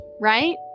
right